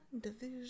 Division